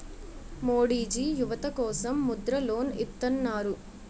మోడీజీ యువత కోసం ముద్ర లోన్ ఇత్తన్నారు